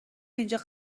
اینجا